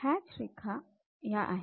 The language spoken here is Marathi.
ह्या हॅच रेखा आहेत